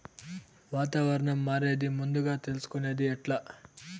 వాతావరణం మారేది ముందుగా తెలుసుకొనేది ఎట్లా?